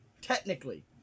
Technically